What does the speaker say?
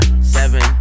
Seven